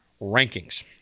rankings